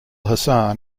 hassan